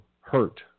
hurt